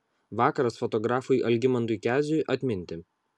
vakaras fotografui algimantui keziui atminti